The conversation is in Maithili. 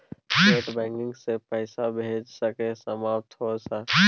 नेट बैंकिंग से पैसा भेज सके सामत होते सर?